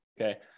okay